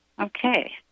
Okay